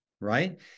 right